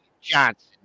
Johnson